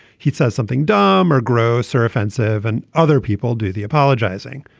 he says something dumb or gross or offensive and other people do the apologizing.